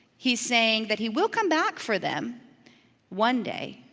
he's saying that he will come back for them one day.